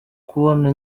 kubona